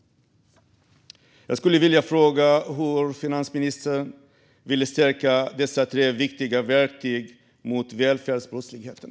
Jag skulle vilja fråga hur finansministern vill stärka dessa tre viktiga verktyg mot välfärdsbrottsligheten.